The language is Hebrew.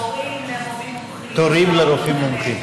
תורים לרופאים מומחים.